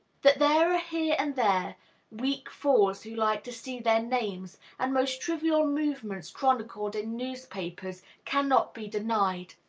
that there are here and there weak fools who like to see their names and most trivial movements chronicled in newspapers cannot be denied.